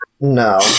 No